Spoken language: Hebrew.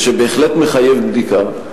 ובהחלט הוא מחייב בדיקה.